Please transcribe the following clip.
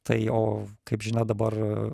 tai o kaip žinia dabar